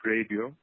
Radio